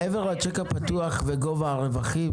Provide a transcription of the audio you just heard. מעבר לצ'ק הפתוח וגובה הרווחים,